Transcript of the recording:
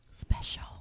Special